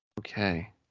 Okay